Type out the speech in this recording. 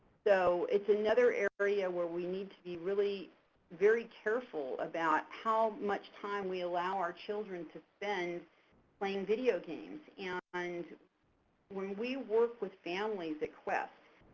so it's another area where we need to be really very careful about how much time we allow our children to spend playing video games. and when we work with families at quest,